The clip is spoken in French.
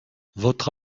votre